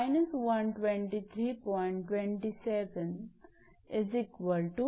𝐵′ पासून 𝑂 पर्यंतचे अंतर 𝑂𝐵′𝐿−𝑥1250−−123